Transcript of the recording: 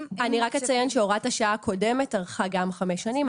אני רק אציין שהוראת השעה הקודמת ארכה גם חמש שנים,